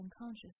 unconscious